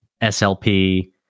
SLP